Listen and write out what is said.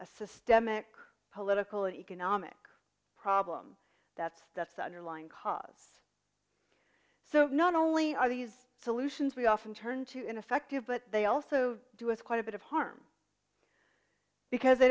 a systemic political and economic problem that's that's the underlying cause so not only are these solutions we often turn to ineffective but they also do us quite a bit of harm because they